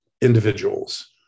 individuals